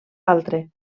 altre